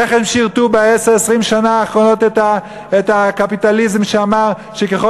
איך הם שירתו ב-20 השנה האחרונות את הקפיטליזם שאמר שככל